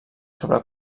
sobre